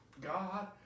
God